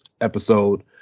episode